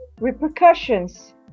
repercussions